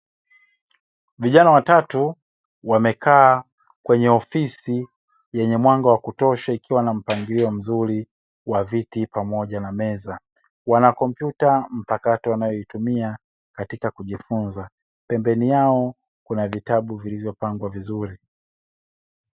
Vijana watatu wamekaa kwenye ofisi yenye mwanga wa kutosha ikiwa na mpangilio mzuri wa viti pamoja na meza, wana kompyuta mpakato wanayoitumia katika kujifunza. Pembeni yao kuna vitabu vilivopangwa vizuri.